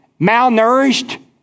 malnourished